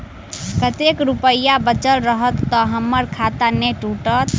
कतेक रुपया बचल रहत तऽ हम्मर खाता नै टूटत?